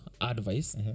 advice